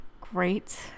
great